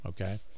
okay